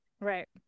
right